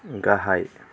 गाहाय